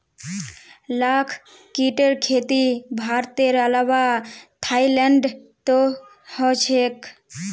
लाख कीटेर खेती भारतेर अलावा थाईलैंडतो ह छेक